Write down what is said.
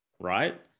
right